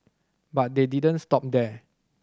but they didn't stop there